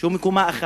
שהוא בקומה אחת,